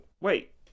wait